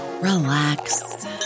relax